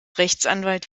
rechtsanwalt